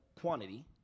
quantity